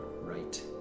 right